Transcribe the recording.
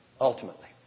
Ultimately